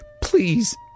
Please